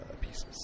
pieces